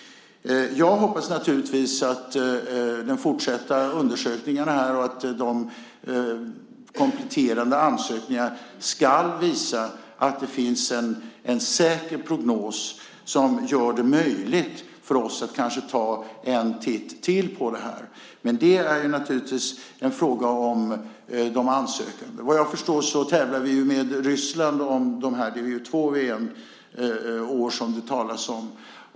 Jag hoppas naturligtvis att de fortsatta undersökningarna och kompletterande ansökning ska visa att det finns en säker prognos som gör det möjligt för oss att kanske ta en titt till på det här. Men det är naturligtvis en fråga om de ansökande. Vad jag förstår tävlar vi med Ryssland om det här. Det är ju två VM-år som det talas om.